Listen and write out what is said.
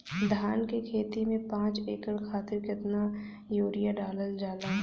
धान क खेती में पांच एकड़ खातिर कितना यूरिया डालल जाला?